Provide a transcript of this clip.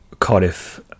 Cardiff